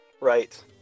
Right